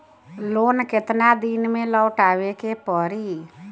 Loan केतना दिन में लौटावे के पड़ी?